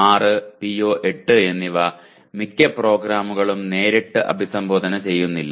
PO6 PO8 എന്നിവ മിക്ക പ്രോഗ്രാമുകളും നേരിട്ട് അഭിസംബോധന ചെയ്യുന്നില്ല